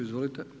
Izvolite.